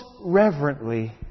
reverently